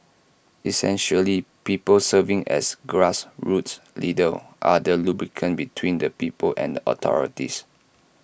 essentially people serving as grassroots leaders are the lubricant between the people and authorities